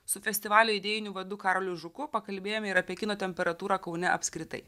su festivalio idėjiniu vadu karoliu žuku pakalbėjome ir apie kino temperatūrą kaune apskritai